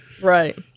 right